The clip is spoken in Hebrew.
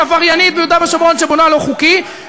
עבריינית ביהודה ושומרון שבונה לא חוקי.